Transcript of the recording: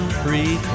free